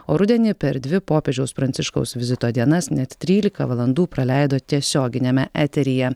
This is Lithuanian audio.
o rudenį per dvi popiežiaus pranciškaus vizito dienas trylika valandų praleido tiesioginiame eteryje